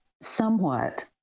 somewhat